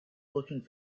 looking